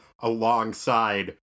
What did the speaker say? alongside